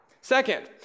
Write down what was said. Second